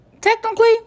Technically